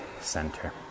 center